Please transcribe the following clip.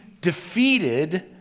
defeated